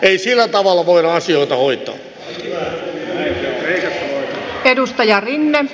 ei sillä tavalla voida asioita hoitaa